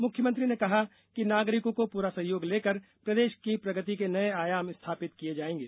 मुख्यमंत्री कहा कि नागरिकों को पूरा सहयोग लेकर प्रदेश की प्रगति के नये आयाम स्थापित किये जायेंगे